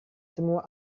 semua